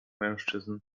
mężczyzn